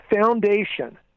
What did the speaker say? foundation